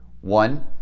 One